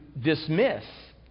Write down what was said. dismiss